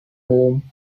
whom